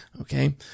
Okay